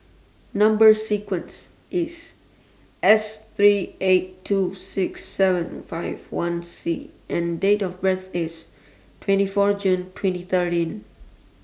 Number sequence IS S three eight two six seven five one C and Date of birth IS twenty four June twenty thirteen